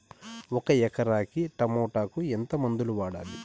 ఒక ఎకరాకి టమోటా కు ఎంత మందులు వాడాలి?